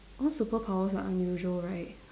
all superpowers are unusual right